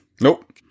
Nope